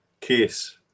case